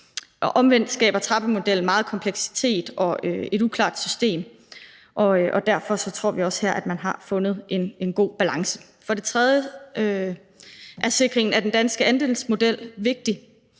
Omvendt skaber trappemodellen meget kompleksitet og et uklart system, og derfor tror vi også her, at man har fundet en god balance. For det tredje er sikringen af den danske andelsmodel vigtig.